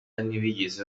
ntibigeze